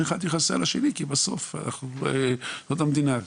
שאחד יכסה את השני כי בסוף זאת המדינה.